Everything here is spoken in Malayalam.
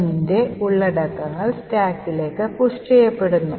3 ന്റെ ഉള്ളടക്കങ്ങൾ സ്റ്റാക്കിലേക്ക് പുഷ് ചെയ്യപ്പെടുന്നു